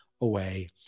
away